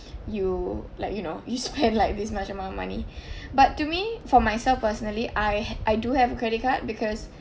you like you know you spend like this much amount of money but to me for myself personally I I do have a credit card because